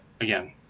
again